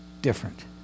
different